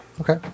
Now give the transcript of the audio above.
Okay